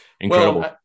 Incredible